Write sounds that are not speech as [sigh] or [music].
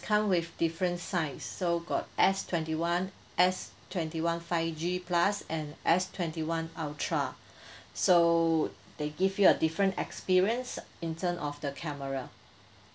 come with different size so got S twenty one S twenty one five G plus and S twenty one ultra [breath] so they give you a different experience in term of the camera